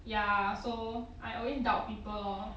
ya so I always doubt people lor